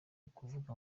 ukuvuga